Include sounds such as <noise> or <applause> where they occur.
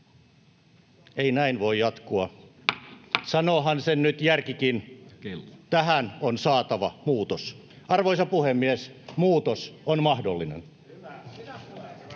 <noise> sanoohan sen nyt järkikin. Tähän on saatava muutos. Arvoisa puhemies! Muutos on mahdollinen.